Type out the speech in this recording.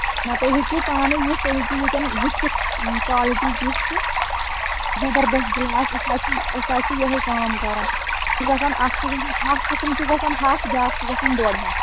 نہ تُہۍ ہیٚکِو پانہٕ یِتھ تُہۍ ہیٚکِو ییٚتٮ۪ن وٕچھِتھ یہِ کالٹی کِژ چھِ زَبردس گِلاس أسۍ حظ چھِ أسۍ حظ چھِ یِہوٚے کٲم کران مےٚ چھِ باسان اَکھ قٕسٕم اَکھ قٕسٕم چھُ گژھان ہَتھ بیٛاکھ چھُ گژھان ڈۄڈ ہَتھ